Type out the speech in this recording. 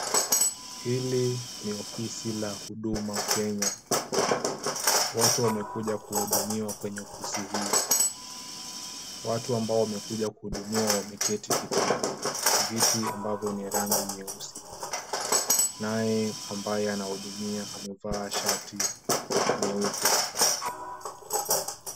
Hili ni ofisi la Huduma Kenya. Watu wamekuja kuhudumiwa kwenye ofisi hii. Watu ambao wamekuja kuhudumiwa wameketi kitini. Viti ambavyo ni rangi nyeusi. Naye ambaye anahudumia amevaa shati nyeupe.